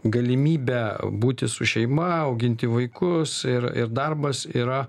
galimybę būti su šeima auginti vaikus ir ir darbas yra